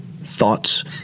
thoughts